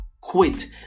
quit